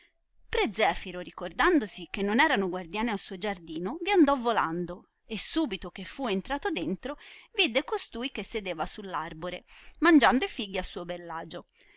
pre zefiro ricordandosi che non erano guardiani al suo giardino vi andò volando e subito che fu entrato dentro vidde costui che sedeva su l arbore mangiando e fighi a suo beli agio